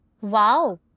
Wow